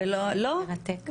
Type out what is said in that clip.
זה מרתק.